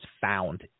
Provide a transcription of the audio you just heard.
found